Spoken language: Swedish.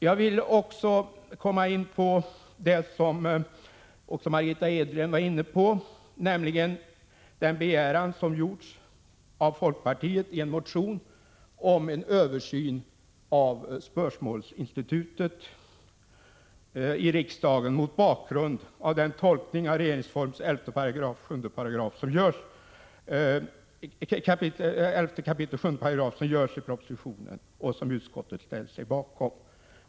Jag vill också gå in på det som Margitta Edgren tog upp, nämligen den begäran som folkpartiet har gjort i en motion om en översyn av spörsmålsinstitutet i riksdagen mot bakgrund av den tolkning av 11 kap. 7§ regeringsformen som görs i propositionen och som utskottet ställer sig bakom.